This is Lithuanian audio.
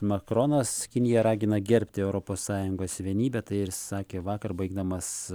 makronas kiniją ragina gerbti europos sąjungos vienybę tai ir sakė vakar baigdamas